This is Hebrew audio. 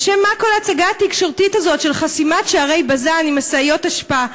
לשם מה כל ההצגה התקשורתית הזאת של חסימת שערי בז"ן עם משאיות אשפה,